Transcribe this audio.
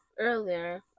Earlier